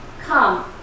come